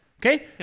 Okay